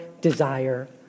desire